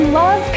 love